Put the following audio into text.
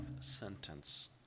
sentence